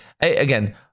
Again